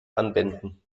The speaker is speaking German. anwenden